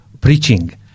preaching